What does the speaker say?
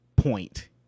point